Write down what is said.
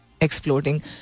exploding